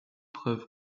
preuve